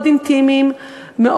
מאוד